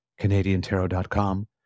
CanadianTarot.com